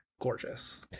gorgeous